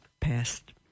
past